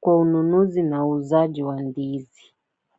kwa ununuzi na uuzaji wa ndizi.